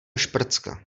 šprcka